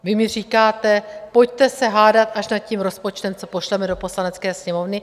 Vy mi říkáte: Pojďme se hádat až nad tím rozpočtem, co pošleme do Poslanecké sněmovny.